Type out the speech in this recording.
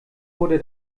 wurde